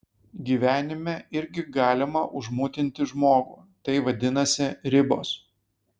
gyvenime irgi galima užmutinti žmogų tai vadinasi ribos